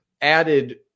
added